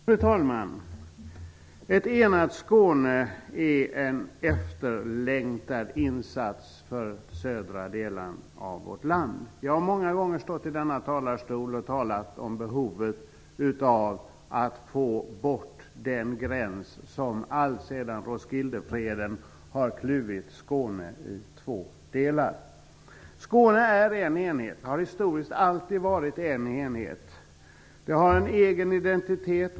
Fru talman! Ett enat Skåne är en efterlängtad insats för södra delen av vårt land. Jag har många gånger i denna talarstol talat om behovet av att få bort den gräns som alltsedan Roskildefreden har kluvit Skåne i två delar. Skåne är en enhet och har historiskt alltid varit en enhet. Skåne har en egen identitet.